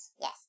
Yes